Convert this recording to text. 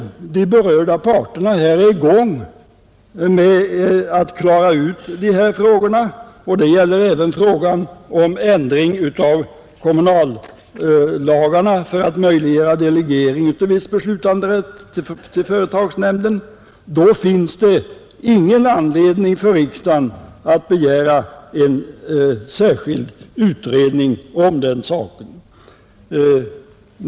Om de berörda parterna är i färd med att klara ut de här frågorna — och det gäller även frågan om ändring av kommunallagarna för att möjliggöra delegering av viss beslutanderätt till företagsnämnden — finns det ingen anledning för riksdagen att begära en särskild utredning om den saken.